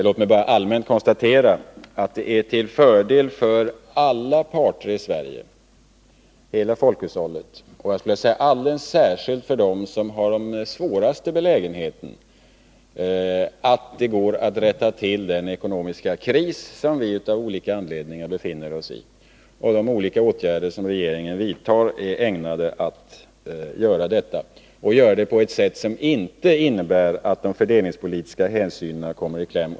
Jag vill bara allmänt konstatera att det är till fördel för alla parter i Sverige — hela folkhushållet och, skulle jag vilja säga, alldeles särskilt för dem som är i den svåraste belägenheten — att det går att komma till rätta med den ekonomiska kris som vi av skilda anledningar befinner oss i. De olika åtgärder som regeringen vidtar är ägnade att åstadkomma detta, och det sker på ett sådant sätt att de fördelningspolitiska hänsynen inte kommer i kläm.